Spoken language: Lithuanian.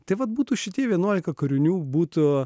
tai vat būtų šitie vienuolika kūrinių būtų